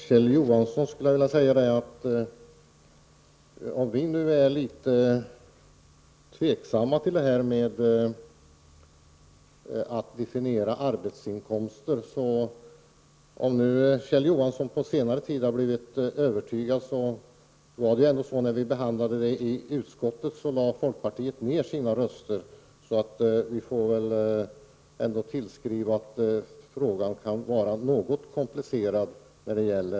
Herr talman! Kjell Johansson säger att vi är litet tveksamma i fråga om att definiera arbetsinkomster, men även om han på senare tid har blivit övertygad lade folkpartiet ned sina röster när frågan behandlades i utskottet. Vi får nog erkänna att frågan i denna del kan vara något komplicerad.